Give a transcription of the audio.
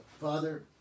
Father